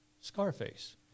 Scarface